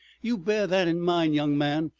you bear that in mind, young man,